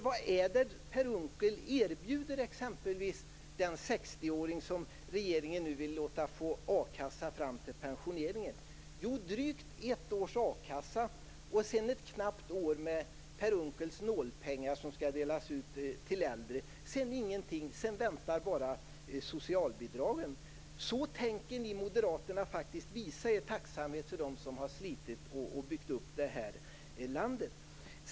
Vad är det han erbjuder exempelvis den 60-åring som regeringen nu vill låta få a-kassa fram till pensioneringen? Jo, drygt ett års a-kassa och sedan ett knappt år med Per Unckels nålpengar, som skall delas ut till äldre. Sedan ingenting. Sedan väntar bara socialbidrag. Så tänker Moderaterna visa sin tacksamhet till dem som har slitit och byggt upp det här landet.